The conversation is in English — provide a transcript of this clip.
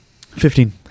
Fifteen